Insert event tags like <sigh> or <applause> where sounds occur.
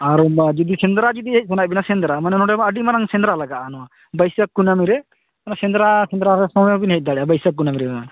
ᱟᱨ <unintelligible> ᱡᱩᱫᱤ ᱥᱮᱸᱫᱽᱨᱟ ᱡᱩᱫᱤ ᱦᱮᱡ ᱥᱟᱱᱟᱭᱮᱫ ᱵᱮᱱᱟ ᱥᱮᱫᱽᱨᱟ ᱢᱟᱱᱮ ᱱᱚᱰᱮ ᱢᱟ ᱟᱹᱰᱤ ᱢᱟᱨᱟᱝ ᱥᱮᱸᱫᱽᱨᱟ ᱞᱟᱜᱟᱜᱼᱟ ᱱᱚᱣᱟ ᱵᱟᱹᱭᱥᱟᱹᱠᱷ ᱠᱩᱱᱟᱹᱱᱤ ᱨᱮ ᱚᱱᱟ ᱥᱮᱫᱽᱨᱟ ᱥᱮᱫᱽᱨᱟ ᱨᱮ ᱥᱚᱢᱚᱭ ᱦᱚᱸ ᱵᱮᱱ ᱦᱮᱡ ᱫᱟᱲᱮᱭᱟᱜᱼᱟ ᱵᱟᱹᱭᱥᱟᱹᱠᱷ ᱠᱩᱱᱟᱹᱢᱤ ᱨᱮᱦᱚᱸ